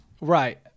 Right